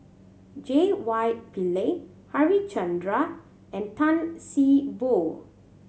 J Y Pillay Harichandra and Tan See Boo